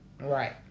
Right